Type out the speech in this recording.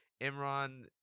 Imran